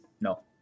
No